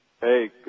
Hey